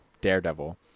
Daredevil